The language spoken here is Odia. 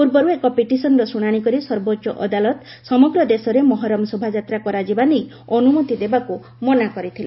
ପୂର୍ବରୁ ଏକ ପିଟିସନ୍ର ଶୁଣାଶି କରି ସର୍ବୋଚ୍ଚ ଅଦାଲତ ସମଗ୍ର ଦେଶରେ ମହରମ ଶୋଭାଯାତ୍ରା କରାଯିବା ନେଇ ଅନୁମତି ଦେବାକୁ ମନା କରିଥିଲେ